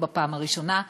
לא בפעם הראשונה.